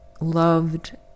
Loved